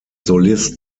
solist